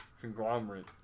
Conglomerate